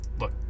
Look